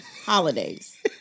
holidays